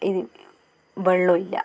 ഇത് വെള്ളമോ ഇല്ല